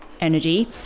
energy